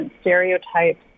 stereotypes